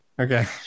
okay